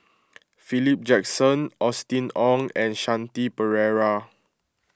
Philip Jackson Austen Ong and Shanti Pereira